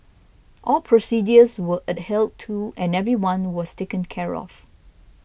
all procedures were adhered to and everyone was taken care of